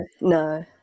no